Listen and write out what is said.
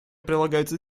прилагаются